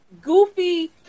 goofy